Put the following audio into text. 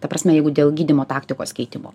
ta prasme jeigu dėl gydymo taktikos keitimo